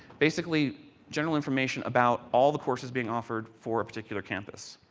basically general information about all the courses being offered for a particular campus.